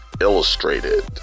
Illustrated